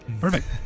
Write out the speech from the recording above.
Perfect